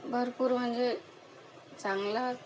भरपूर म्हणजे चांगला